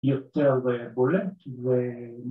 ‫יותר בולט, ו...